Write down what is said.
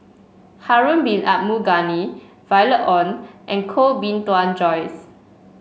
Harun Bin Abdul Ghani Violet Oon and Koh Bee Tuan Joyce